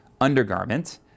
undergarment